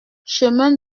chemin